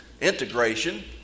Integration